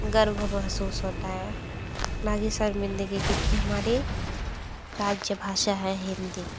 गर्व महसूस होता है ना कि शर्मिंदगी क्योंकि हमारी राज्य भाषा है हिंदी